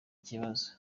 ikibazo